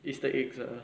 is the eggs ah ah